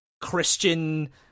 Christian